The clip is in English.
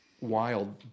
wild